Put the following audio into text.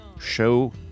show